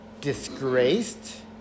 disgraced